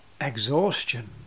exhaustion